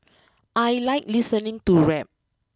I like listening to rap